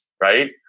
right